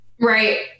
Right